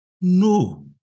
no